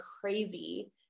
crazy